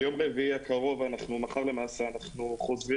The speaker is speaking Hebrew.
ביום רביעי הקרוב, מחר, אנחנו חוזרים